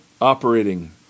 operating